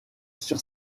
sur